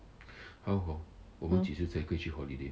mm